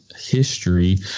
history